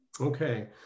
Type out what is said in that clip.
Okay